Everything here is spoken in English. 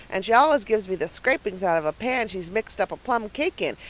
and she always gives me the scrapings out of a pan she's mixed up a plum cake in.